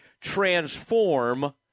transform